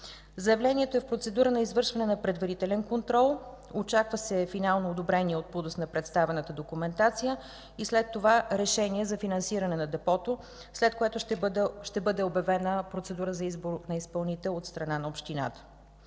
Заявлението е в процедура за извършване на предварителен контрол. Очаква се финално одобрение от ПУДООС на представената документация и след това – решение за финансиране на депото, след което ще бъде обявена процедура за избор на изпълнител от страна на общината.